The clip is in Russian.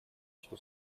что